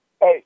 hey